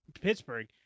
Pittsburgh